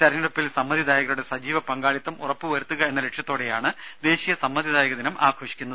തെരഞ്ഞെടുപ്പിൽ സമ്മതിദായകരുടെ സജീവ പങ്കാളിത്തം ഉറപ്പുവരുത്തുക എന്ന ലക്ഷ്യത്തോടെയാണ് ദേശീയ സമ്മതിദായക ദിനം ആഘോഷിക്കുന്നത്